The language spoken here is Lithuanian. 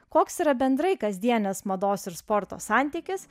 koks yra bendrai kasdienės mados ir sporto santykis